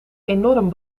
enorm